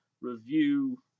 review